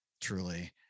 truly